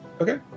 Okay